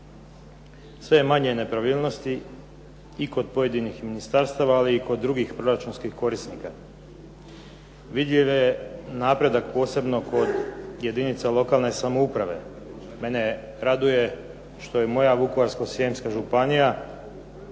Sve je manje nepravilnosti i kod pojedinih ministarstava, ali i kod drugih proračunskih korisnika. Vidljiv je napredak posebno kod jedinica lokalne samouprave. Mene raduje što je moja Vukovarsko-srijemska županija